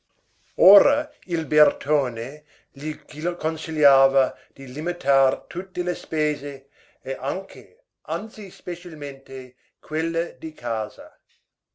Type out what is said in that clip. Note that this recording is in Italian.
ora il bertone gli consigliava di limitar tutte le spese e anche anzi specialmente quelle di casa